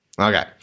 Okay